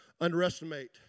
underestimate